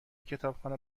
کتابخانه